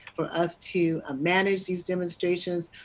for us to ah manage these demonstrations,